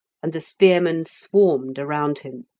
and the spearmen swarmed around him.